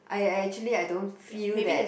I I actually I don't feel that